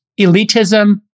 elitism